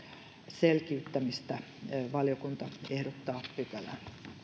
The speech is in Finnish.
selkiyttämistä valiokunta ehdottaa pykälään